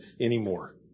anymore